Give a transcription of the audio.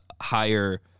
higher